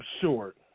short